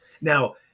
Now